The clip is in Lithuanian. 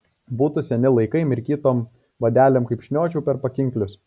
būtų seni laikai mirkytom vadelėm kaip šniočiau per pakinklius